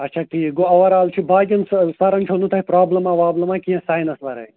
اچھا ٹھیٖک گوٚو اوٚوَرآل چھُ باقٕیَن سہٕ سَرَن چھو نہٕ تۄہہِ پرٛابلما وابلما کینٛہہ سایِنَس وَرٲے